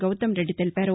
గౌతమ్ రెడ్డి తెలిపారు